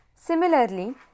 Similarly